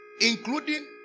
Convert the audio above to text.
including